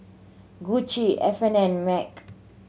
Gucci F N and MAG